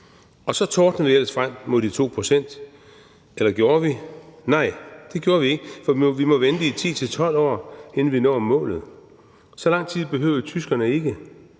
og så tordnede vi ellers frem mod de 2 pct. Eller gjorde vi? Nej, det gjorde vi ikke. For vi må vente i 10 til 12 år, inden vi når målet. Så lang tid behøvede tyskerne ikke.